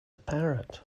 parrot